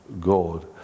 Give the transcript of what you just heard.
God